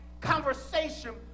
conversation